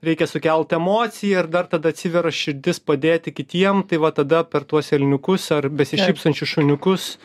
reikia sukelt emociją ir dar tada atsiveria širdis padėti kitiem tai va tada per tuos elniukus ar besišypsančius šuniukus